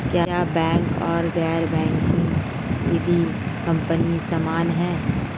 क्या बैंक और गैर बैंकिंग वित्तीय कंपनियां समान हैं?